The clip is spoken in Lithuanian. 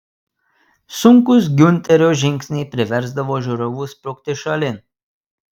sunkūs giunterio žingsniai priversdavo žiūrovus sprukti šalin